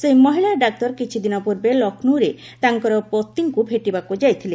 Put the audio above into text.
ସେହି ମହିଳା ଡାକ୍ତର କିଛିଦିନ ପୂର୍ବେ ଲକ୍ଷ୍ରୌରେ ତାଙ୍କର ପତିଙ୍କୁ ଭେଟିବାକୁ ଯାଇଥିଲେ